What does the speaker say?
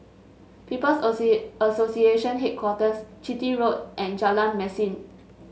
People's Association Headquarters Chitty Road and Jalan Mesin